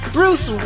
Bruce